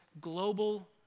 global